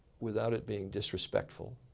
without it being disrespectful.